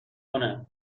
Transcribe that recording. کنه